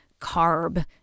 carb